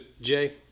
Jay